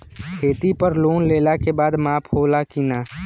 खेती पर लोन लेला के बाद माफ़ होला की ना?